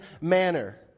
manner